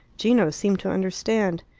gino seemed to understand.